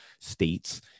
states